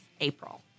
April